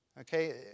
Okay